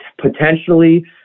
potentially